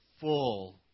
full